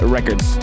Records